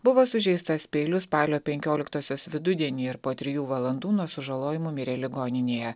buvo sužeistas peiliu spalio penkioliktosios vidudienį ir po trijų valandų nuo sužalojimų mirė ligoninėje